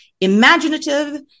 imaginative